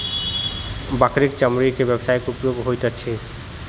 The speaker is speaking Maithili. बकरीक चमड़ी के व्यवसायिक उपयोग होइत अछि